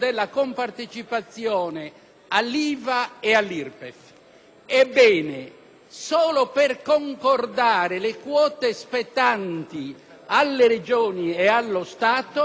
Ebbene, solo per concordare le quote spettanti alle Regioni e allo Stato, i tavoli Stato-Regione hanno impiegato